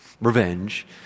revenge